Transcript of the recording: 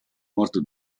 morte